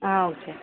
okay